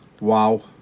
Wow